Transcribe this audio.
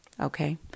okay